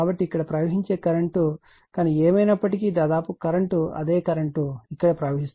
కాబట్టి ఇక్కడ ప్రవహించే కరెంట్ కానీ ఏమైనప్పటికీ దాదాపు కరెంట్ అదే కరెంట్ ఇక్కడ ప్రవహిస్తుంది